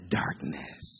darkness